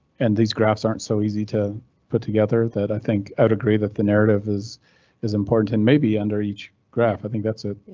and these graphs aren't so easy to put together that i think i'd agree that the narrative is is important and maybe under each graph. i think that's it.